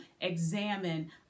examine